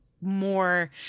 more